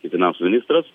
kaip finansų ministras